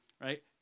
Right